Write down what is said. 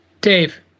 Dave